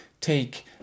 take